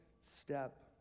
step